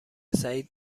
سعید